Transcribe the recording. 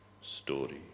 story